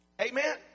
Amen